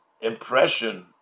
impression